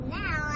now